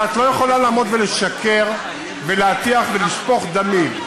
אבל את לא יכולה לעמוד ולשקר ולהטיח ולשפוך דמים.